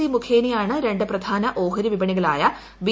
C മുഖേനയാണ് രണ്ട് പ്രധാന ഓഹരിവിപണികളായ ബി